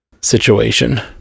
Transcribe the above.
situation